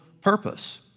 purpose